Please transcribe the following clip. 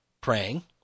praying